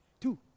Two